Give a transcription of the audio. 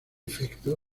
efecto